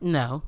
no